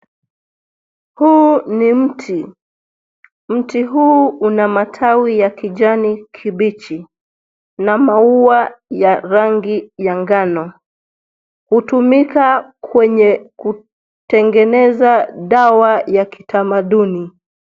Huu ni mti. Mti huu una matawi ya kijani kibichi na maua ya rangi ya ngano. Hutumika kwenye kutangeneza dawa ya kitamaduni.